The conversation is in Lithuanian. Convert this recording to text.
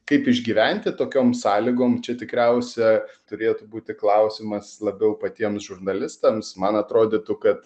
kaip išgyventi tokiom sąlygom čia tikriausia turėtų būti klausimas labiau patiems žurnalistams man atrodytų kad